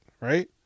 right